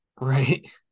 Right